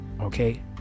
okay